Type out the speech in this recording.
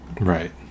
right